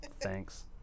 thanks